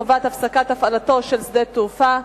חובת הפסקת הפעלתו של שדה תעופה),